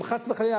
אם חס וחלילה,